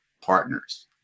partners